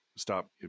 stop